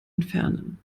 entfernen